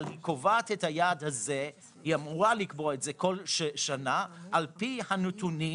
אבל היא אמורה לקבוע אותו בכל שנה על פי הנתונים